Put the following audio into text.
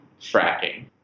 fracking